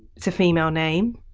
it's a female name.